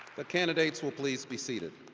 the candidates will please be seated.